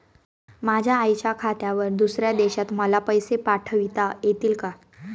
माझ्या आईच्या खात्यावर दुसऱ्या देशात मला पैसे पाठविता येतील का?